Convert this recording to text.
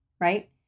right